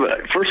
first